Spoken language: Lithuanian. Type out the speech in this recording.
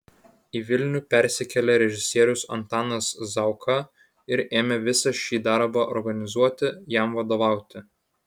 į vilnių persikėlė režisierius antanas zauka ir ėmė visą šį darbą organizuoti jam vadovauti